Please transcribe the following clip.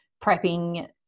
prepping